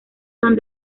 son